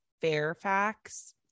Fairfax